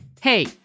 Hey